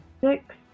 six